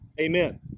Amen